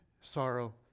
sorrow